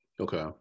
Okay